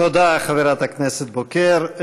תודה, חברת הכנסת בוקר.